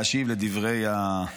אני עליתי לפה כדי להשיב על דברי הבלע,